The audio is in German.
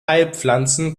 heilpflanzen